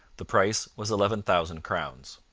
the price was eleven thousand crowns.